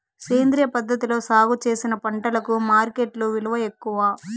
సేంద్రియ పద్ధతిలో సాగు చేసిన పంటలకు మార్కెట్టులో విలువ ఎక్కువ